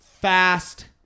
fast